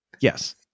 Yes